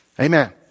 Amen